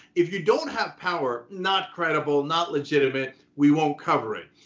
if you don't have power, not credible, not legitimate, we won't cover it.